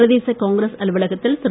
பிரதேச காங்கிரஸ் அலுவலகத்தில் திரு